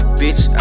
bitch